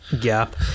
gap